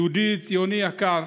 יהודי ציוני יקר,